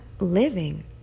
living